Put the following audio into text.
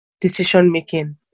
decision-making